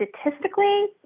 statistically